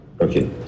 Okay